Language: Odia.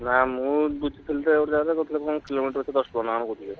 ନା ମୁଁ ବୁଝିଥିଲି ଯେ ଗୋଟେ ଜାଗାରେ କହୁଥିଲେ କ'ଣ କିଲୋମିଟର୍ ପିଛା ଦଶ ଟଙ୍କା ନା କ'ଣ କହୁଥିଲେ